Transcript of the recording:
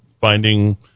finding